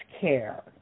care